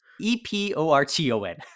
E-P-O-R-T-O-N